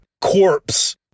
corpse